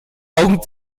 augen